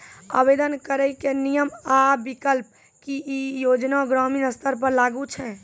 आवेदन करैक नियम आ विकल्प? की ई योजना ग्रामीण स्तर पर लागू छै?